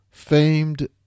Famed